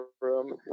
room